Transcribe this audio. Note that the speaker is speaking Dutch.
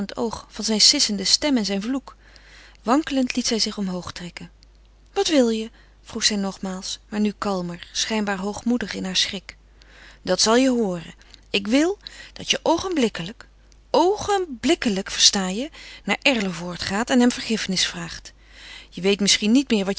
van zijn sissende stem en zijn vloek wankelend liet zij zich omhoog trekken wat wil je vroeg zij nogmaals maar nu kalmer schijnbaar hoogmoedig in haar schrik dat zal je hooren ik wil dat je oogenblikkelijk oogenblikkelijk versta je naar erlevoort gaat en hem vergiffenis vraagt je weet misschien niet meer wat